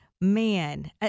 man